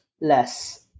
less